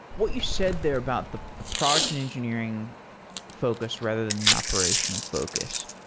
what you said there about the product and engineering focus, rather than the operational focus,